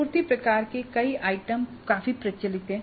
आपूर्ति प्रकार के कई आइटम काफी प्रचलित हैं